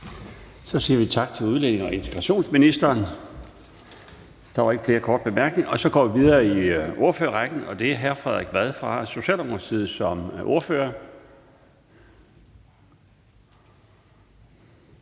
Så siger vi tak til udlændinge- og integrationsministeren. Der er ikke flere korte bemærkninger. Så går vi videre i ordførerrækken. Det er hr. Frederik Vad fra Socialdemokratiet som ordfører.